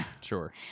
Sure